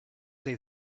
they